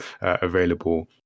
available